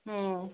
ꯑꯣ